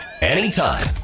anytime